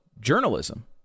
journalism